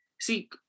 See